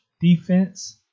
defense